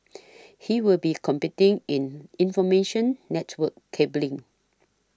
he will be competing in information network cabling